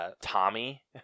Tommy